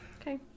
Okay